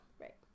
Right